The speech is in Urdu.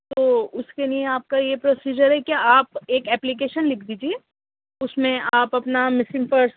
تو اُس کے لیے آپ کا یہ پروسیجر ہے کہ آپ ایک اپلیکشن لِکھ دیجئے اُس میں آپ اپنا مِسنگ پرس